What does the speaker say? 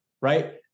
right